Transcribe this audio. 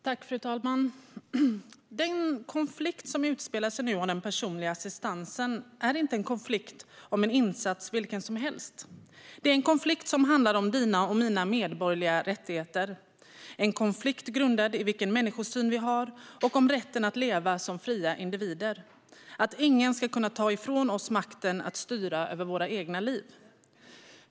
Fru talman! Den konflikt som nu utspelar sig om den personliga assistansen är inte en konflikt om en insats vilken som helst. Det är en konflikt som handlar om dina och mina medborgerliga rättigheter, en konflikt grundad i vilken människosyn vi har och om rätten att leva som fria individer - att ingen ska kunna ta ifrån oss makten att styra över våra egna liv.